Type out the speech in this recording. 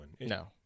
No